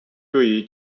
对于